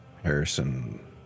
Harrison